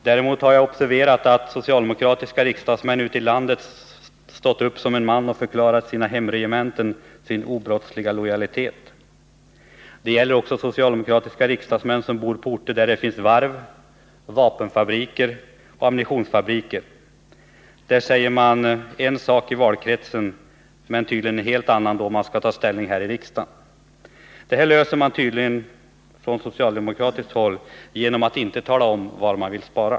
Däremot har jag observerat att socialdemokratiska riksdagsmän ute i landet stått upp som en man och förklarat sina hemregementen sin obrottsliga lojalitet. Det gäller också socialdemokratiska riksdagsmän som bor på orter där det finns varv, vapenfabriker och ammunitionsfabriker. I den egna valkretsen säger man en sak, men då man skall ta ställning i riksdagen säger man tydligen en helt annan sak. Från socialdemokratiskt håll löser man uppenbarligen problemet genom att inte tala om på vilka punkter man vill spara.